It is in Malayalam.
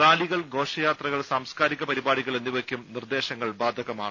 റാലികൾ ഘോഷയാത്രകൾ സാംസ്കാരിക പരിപാടികൾ എന്നിവയ്ക്കും നിർദേശങ്ങൾ ബാധകമാണ്